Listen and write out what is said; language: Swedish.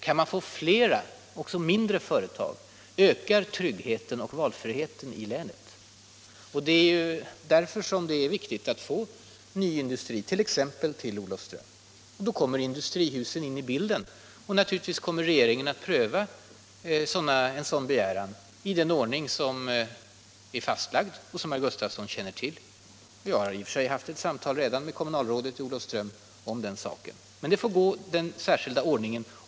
Kan man få dit flera — och även mindre — företag, ökar tryggheten och valfriheten i länet. Det är därför viktigt att det kommer ny industri, t.ex. till Olofström. Då kommer industrihusen in i bilden. Naturligtvis kommer regeringen att pröva en sådan begäran i den ordning som är fastlagd och som herr Gustafsson känner väl till. I och för sig har jag redan haft ett samtal med kommunalrådet i Olofström om den saken, men ärendet får naturligtvis följa den särskilda ordningen.